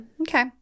Okay